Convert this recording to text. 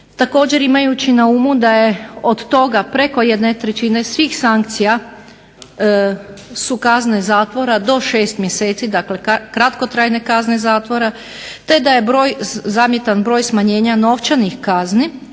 Također imajući na umu da je od toga preko jedne trećine svih sankcija su kazne zatvora do 6 mjeseci, dakle, kratkotrajne kazne zatvora, te da je broj zamjetan broj smanjenja novčanih kazni,